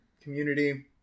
community